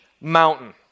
Mountain